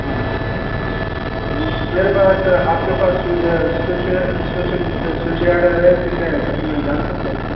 हाँ मेरे पास आपके पास आपके पास स्विच स्विच स्विच यार्ड है कि क्या है सर मैं जान सकता हूँ